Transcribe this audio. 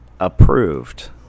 Approved